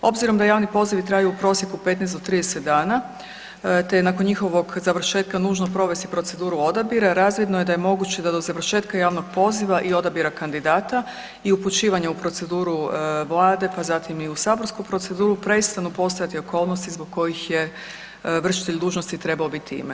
Obzirom da javni pozivi traju u prosjeku 15 do 30 dana te je nakon njihovog završetka nužno provesti proceduru odabira, razvodno je da je moguće da do završetka javnog poziva i odabira kandidata i upućivanja u proceduru Vlade pa zatim i u saborsku proceduru, prestanu postojati okolnosti zbog kojih je vršitelj dužnosti trebao biti imenovan.